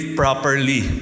properly